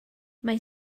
mae